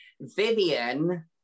Vivian